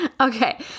Okay